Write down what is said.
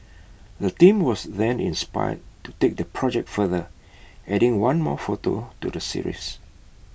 the team was then inspired to take their project further adding one more photo to the series